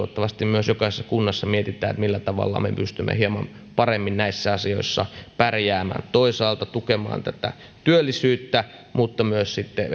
myös jokaisessa kunnassa mietitään millä tavalla me pystymme hieman paremmin näissä asioissa pärjäämään toisaalta tukemaan tätä työllisyyttä mutta myös